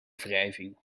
wrijving